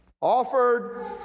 offered